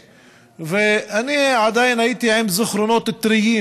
80. אני עדיין הייתי עם זיכרונות טריים